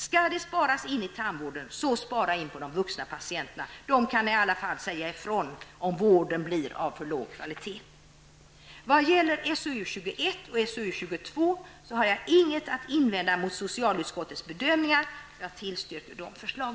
Skall det sparas i tandvården, spara då in på de vuxna patienterna! De kan i alla fall säga ifrån om vården blir av alltför låg kvalitet. vill jag framhålla att jag inte har något att invända mot utskottets bedömningar, utan jag stödjer framlagda förslag.